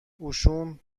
اوشون